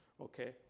okay